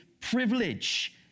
privilege